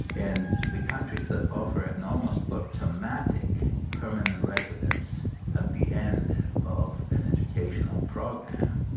and the countries that offer an almost automatic permanent residence at the end of an educational program,